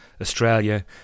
australia